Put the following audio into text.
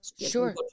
sure